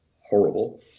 horrible